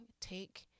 take